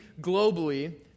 globally